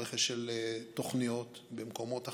רכש של תוכניות ממקומות אחרים.